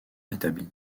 rétabli